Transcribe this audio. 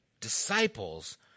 disciples